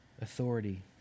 Authority